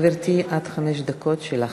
בבקשה, גברתי, עד חמש דקות, שלך.